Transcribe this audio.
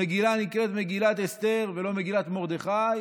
המגילה נקראת מגילת אסתר ולא מגילת מרדכי